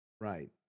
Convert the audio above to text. Right